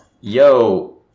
yo